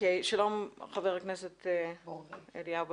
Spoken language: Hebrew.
שלום חבר הכנסת אליהו ברוכי.